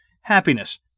Happiness